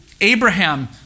Abraham